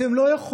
אתם לא יכולים,